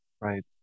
right